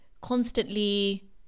constantly